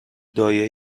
دایه